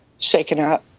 shaken up,